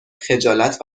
خجالت